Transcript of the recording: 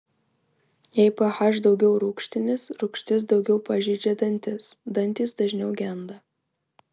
jei ph daugiau rūgštinis rūgštis daugiau pažeidžia dantis dantys dažniau genda